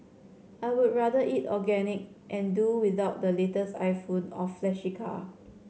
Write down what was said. I would rather eat organic and do without the latest iPhone or flashy car